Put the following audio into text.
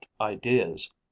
ideas